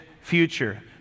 future